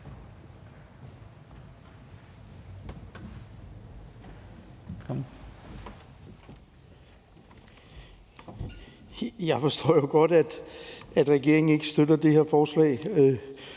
Jeg forstår jo godt, at regeringen ikke støtter det her forslag,